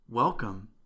Welcome